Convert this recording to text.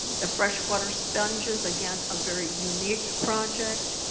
the freshwater sponges again a very unique project.